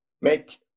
make